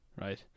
right